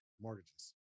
Mortgages